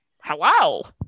hello